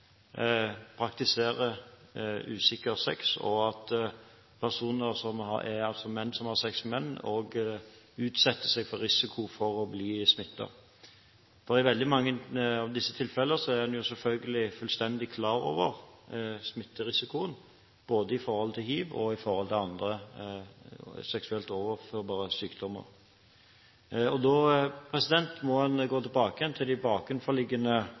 usikker sex, og at menn som har sex med menn, utsetter seg for risiko for å bli smittet. I veldig mange av tilfellene er en selvfølgelig fullstendig klar over smitterisikoen når det gjelder både hiv og andre seksuelt overførbare sykdommer. En må da gå tilbake til de bakenforliggende